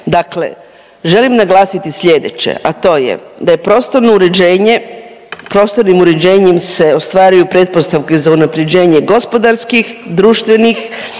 Dakle, želim naglasiti slijedeće, a to je da je prostorno uređenje, prostornim uređenjem se ostvaruju pretpostavke za unapređenje gospodarskih, društvenih,